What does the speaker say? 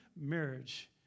Marriage